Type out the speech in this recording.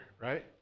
right